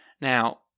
Now